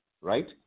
right